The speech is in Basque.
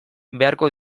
beharko